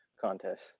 contest